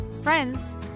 friends